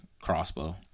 crossbow